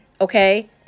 okay